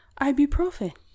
ibuprofen